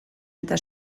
eta